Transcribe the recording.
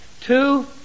Two